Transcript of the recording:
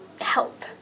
help